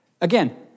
Again